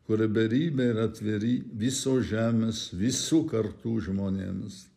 kurie beribiai ir atviri visos žemės visų kartų žmonėms